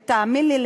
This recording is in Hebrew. ותאמין לי,